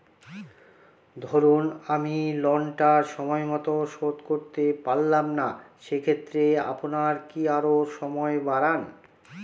ধরুন আমি লোনটা সময় মত শোধ করতে পারলাম না সেক্ষেত্রে আপনার কি আরো সময় বাড়ান?